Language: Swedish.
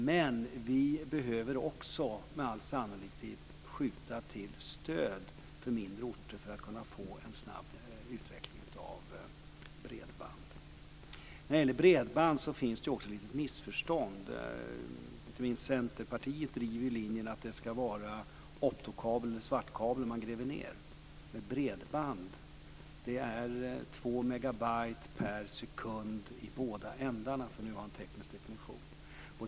Men vi behöver också med all sannolikhet skjuta till stöd för mindre order för att kunna få en snabb utveckling av bredband. När det gäller bredband finns det också ett litet missförstånd. Inte minst Centerpartiet driver ju linjen att det ska var optokabel eller svartkabel som man gräver ned. Men bredband är 2 megabyte per sekund i båda ändarna, för att nu ha en teknisk definition.